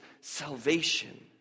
salvation